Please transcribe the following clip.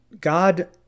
God